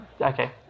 okay